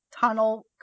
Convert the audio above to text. tunnel